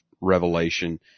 revelation